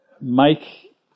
make